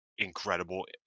incredible